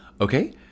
Okay